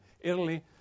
Italy